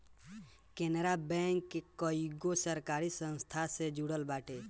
Canara bank कईगो सरकारी संस्था से जुड़ल बाटे